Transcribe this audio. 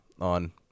on